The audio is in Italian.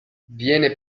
viene